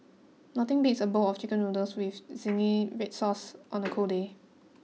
nothing beats a bowl of chicken noodles with zingy red sauce on a cold day